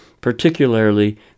particularly